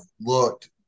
looked